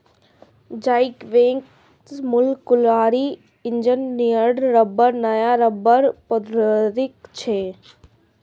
Zyvex molecularly engineered रबड़ नया रबड़ प्रौद्योगिकी छियै